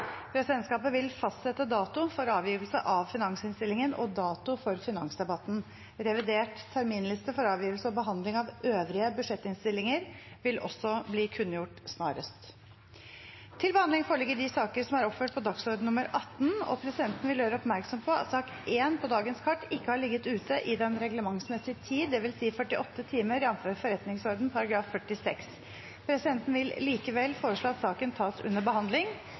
Presidentskapet vil fastsette dato for avgivelse av finansinnstillingen og dato for finansdebatten. Revidert terminliste for avgivelse og behandling av øvrige budsjettinnstillinger vil også bli kunngjort snarest. Presidenten vil gjøre oppmerksom på at sak nr. 1 på dagens kart ikke har ligget ute i den reglementsmessige tid, dvs. 48 timer, jf. forretningsordenens § 46. Presidenten vil likevel foreslå at saken tas under behandling.